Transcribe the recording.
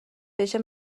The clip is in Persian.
بشه